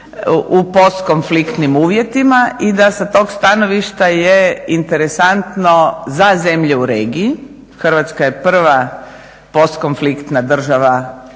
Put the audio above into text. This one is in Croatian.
u postkonfliktnim uvjetima i da sa tog stanovišta je interesantno za zemlje u regiji. Hrvatska je prva postkonfliktna država